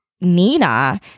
Nina